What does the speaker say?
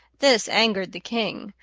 this angered the king,